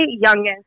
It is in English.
youngest